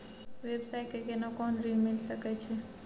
व्यवसाय ले केना कोन ऋन मिल सके छै?